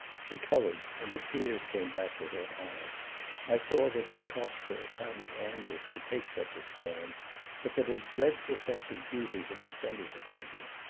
she colored, and the tears came back to her eyes i saw that it cost her a kind of anguish to take such a stand but that a dreadful sense of duty had descended upon her.